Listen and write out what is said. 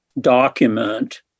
document